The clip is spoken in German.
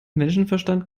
menschenverstand